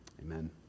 amen